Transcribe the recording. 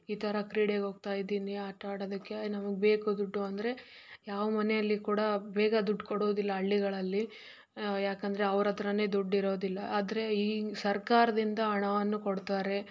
ಈ ಥರ ಕ್ರೀಡೆಗೋಗ್ತಾ ಇದ್ದೀನಿ ಆಟ ಆಡೋದಕ್ಕೆ ನಮಗೆ ಬೇಕು ದುಡ್ಡು ಅಂದರೆ ಯಾವ ಮನೆಯಲ್ಲಿ ಕೂಡ ಬೇಗ ದುಡ್ಡು ಕೊಡೋದಿಲ್ಲ ಹಳ್ಳಿಗಳಲ್ಲಿ ಯಾಕಂದರೆ ಅವರ ಹತ್ರಾನೇ ದುಡ್ಡು ಇರೋದಿಲ್ಲ ಆದರೆ ಈ ಸರ್ಕಾರದಿಂದ ಹಣವನ್ನು ಕೊಡ್ತಾರೆ